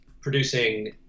producing